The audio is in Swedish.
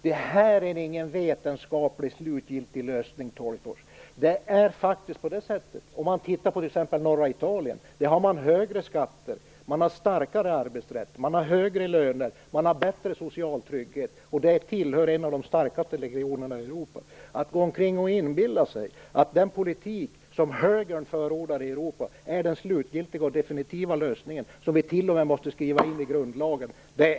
Det här är ingen vetenskapligt slutgiltig lösning, Sten Tolgfors. I t.ex. norra Italien har man högre skatter, starkare arbetsrätt, högre löner, bättre social trygghet. Det tillhör de starkaste regionerna i Europa. Att gå omkring och inbilla sig att den politik som högern förordar i Europa är den slutgiltiga och definitiva lösningen och som innebär att man t.o.m. måste ändra grundlagen är bara en illusion.